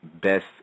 best